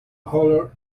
hollered